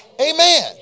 Amen